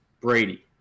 brady